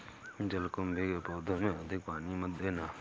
जलकुंभी के पौधों में अधिक पानी मत देना